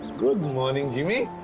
good morning, jimmy.